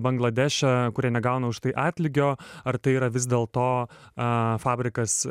bangladeše kurie negauna už tai atlygio ar tai yra vis dėl to a fabrikas